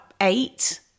eight